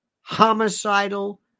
Homicidal